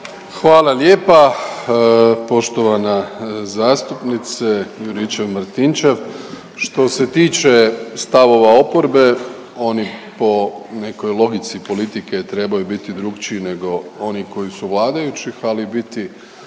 Hvala lijepa poštovana zastupnice Juričev Martinčev. Što se tiče stavova oporbe oni po nekoj logici politike trebaju biti drukčiji nego oni koji su vladajući, ali biti